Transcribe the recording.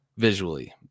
Visually